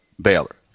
Baylor